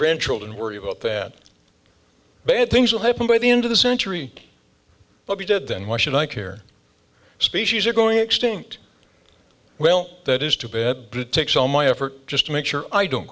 grandchildren worry about that bad things will happen by the end of the century but we did then why should i care a species are going extinct well that is to bed takes all my effort just to make sure i don't